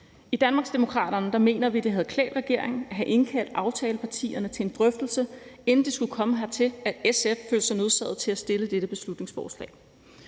I Danmarksdemokraterne mener vi, det havde klædt regeringen at have indkaldt aftalepartierne til en drøftelse, inden det skulle komme hertil, nemlig at SF følte sig nødsaget til at fremsætte dette beslutningsforslag.